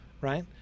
right